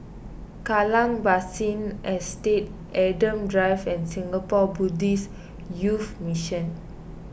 Kallang Basin Estate Adam Drive and Singapore Buddhist Youth Mission